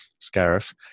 scarif